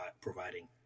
providing